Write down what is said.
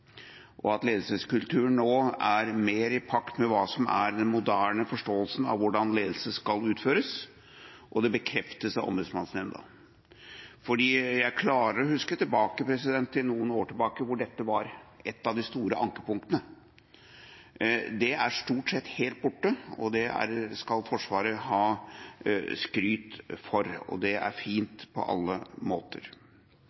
og at ledelseskulturen nå er mer i pakt med hva som er den moderne forståelsen av hvordan ledelse skal utføres, og det bekreftes av Ombudsmannsnemnda. Jeg klarer å huske noen år tilbake da dette var et av de store ankepunktene. Det er stort sett helt borte, det skal Forsvaret ha skryt for, og det er fint på alle måter.